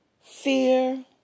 fear